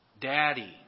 Daddy